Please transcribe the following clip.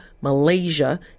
Malaysia